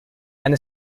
and